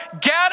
Get